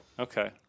Okay